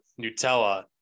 Nutella